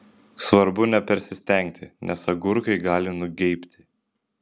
svarbu nepersistengti nes agurkai gali nugeibti